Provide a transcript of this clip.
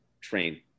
train